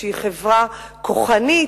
שהיא חברה כוחנית,